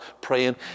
praying